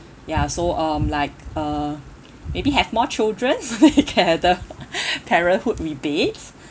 ya so um like uh maybe have more children so that you can have the parenthood rebates